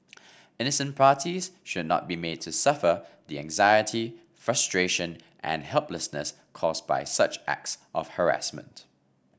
innocent parties should not be made to suffer the anxiety frustration and helplessness caused by such acts of harassment